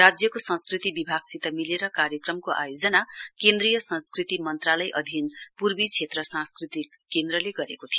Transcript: राज्यको संस्कृति विभागसित मिलेर कार्यक्रमको आयोजना केन्द्रीय संस्कृति मन्त्रालय अधिन पूर्वी क्षेत्र सांस्कृतिक केन्द्रले गरेको थियो